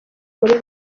muri